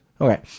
Okay